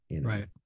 Right